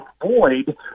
avoid